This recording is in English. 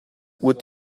what